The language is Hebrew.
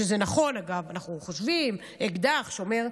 שזה נכון, אגב, אנחנו חושבים, אקדח שומר,